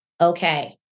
okay